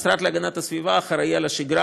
המשרד להגנת הסביבה אחראי לשגרה,